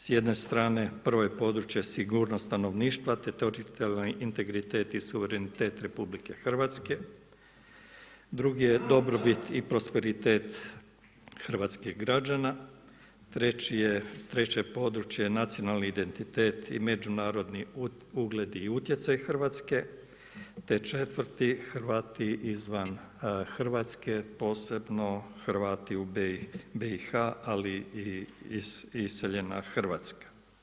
S jedne strane prvo je područje sigurnost stanovništva te teritorijalni integritet i suverenitet RH, drugi je dobrobit i prosperitet hrvatskih građana, treće područje nacionalni identitet i međunarodni ugled i utjecaj Hrvatske, te četvrti Hrvati izvan Hrvatske, posebno Hrvati u BiH, ali i iseljena Hrvatska.